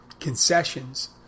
concessions